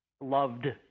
loved